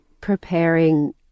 preparing